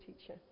teacher